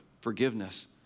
forgiveness